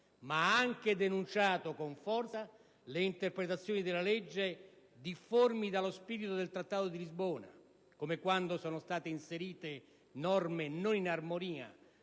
Ma ha anche denunciato con forza le interpretazioni della legge difformi dallo spirito del Trattato di Lisbona, come quando sono state inserite norme non in armonia,